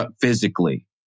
physically